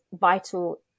vital